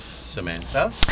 Samantha